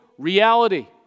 reality